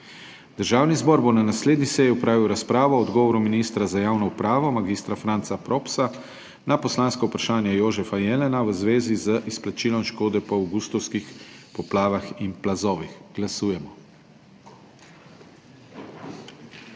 Državni zbor bo na naslednji seji opravil razpravo o odgovoru ministra za javno upravo mag. Franca Propsa na poslansko vprašanje Jožefa Jelena v zvezi z izplačilom škode po avgustovskih poplavah in plazovih. Glasujemo.